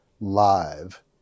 live